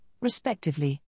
respectively